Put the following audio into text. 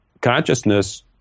consciousness